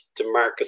DeMarcus